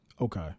okay